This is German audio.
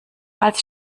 als